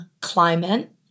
climate